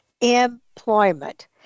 Employment